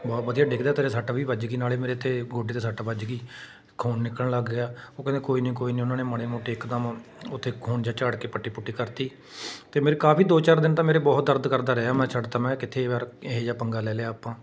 ਬਹੁਤ ਵਧੀਆ ਡਿੱਗਦਾ ਅਤੇ ਤੇਰੇ ਸੱਟ ਵੀ ਵੱਜ ਗਈ ਨਾਲੇ ਮੇਰੇ ਇੱਥੇ ਗੋਡੇ 'ਤੇ ਸੱਟ ਵੱਜ ਗਈ ਖੂਨ ਨਿਕਲਣ ਲੱਗ ਗਿਆ ਉਹ ਕਹਿੰਦੇ ਕੋਈ ਨਹੀਂ ਕੋਈ ਨਹੀਂ ਉਹਨਾਂ ਨੇ ਮਾੜੀ ਮੋਟੀ ਇੱਕਦਮ ਉੱਥੇ ਖੂਨ ਜਿਹਾ ਝਾੜ ਕੇ ਪੱਟੀ ਪੁੱਟੀ ਕਰਤੀ ਅਤੇ ਮੇਰੇ ਕਾਫ਼ੀ ਦੋ ਚਾਰ ਦਿਨ ਤਾਂ ਮੇਰੇ ਬਹੁਤ ਦਰਦ ਕਰਦਾ ਰਿਹਾ ਮੈਂ ਛੱਡਤਾ ਮੈਂ ਕਿੱਥੇ ਯਾਰ ਇਹ ਜਿਹਾ ਪੰਗਾ ਲੈ ਲਿਆ ਆਪਾਂ